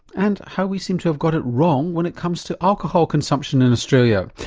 and how we seem to have got it wrong when it comes to alcohol consumption in australia.